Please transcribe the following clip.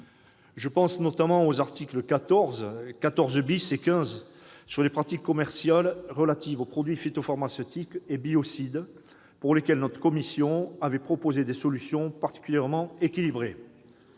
Je pense notamment aux articles 14, 14 et 15 traitant des pratiques commerciales relatives aux produits phytopharmaceutiques et biocides, pour lesquels notre commission avait proposé des solutions particulièrement équilibrées.